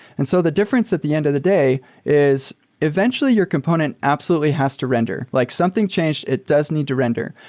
and so the difference at the end of the day is eventually your component absolutely has to render, like something changed, it does need to render.